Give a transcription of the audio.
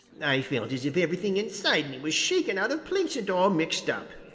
i felt as if everything inside me was shaken out of place and all mixed up.